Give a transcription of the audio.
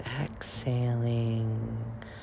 exhaling